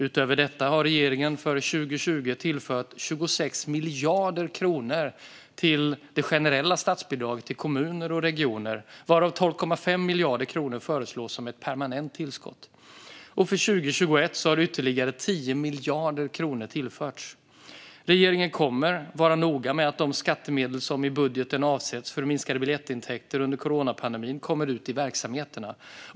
Utöver detta har regeringen för 2020 tillfört 26 miljarder kronor till det generella statsbidraget till kommuner och regioner, varav 12,5 miljarder kronor föreslås som ett permanent tillskott. För 2021 har ytterligare 10 miljarder kronor tillförts. Regeringen kommer att vara noga med att de skattemedel som i budgeten avsätts för minskade biljettintäkter under coronapandemin kommer ut i verksamheterna.